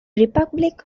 republic